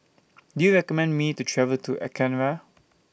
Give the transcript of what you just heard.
Do YOU recommend Me to travel to Ankara